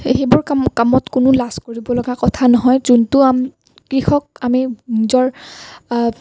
সেই সেইবোৰ কামত কোনো লাজ কৰিবলগা কথা নহয় যিটো কৃষক আমি নিজৰ